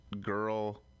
girl